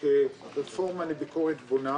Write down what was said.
כפלטפורמה לביקורת בונה.